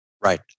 right